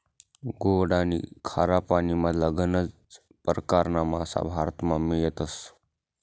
गोड आनी खारा पानीमधला गनज परकारना मासा भारतमा मियतस